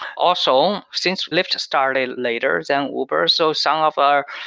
also, since lyft started later than uber. so some of our